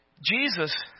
Jesus